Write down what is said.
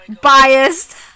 Biased